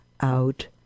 Out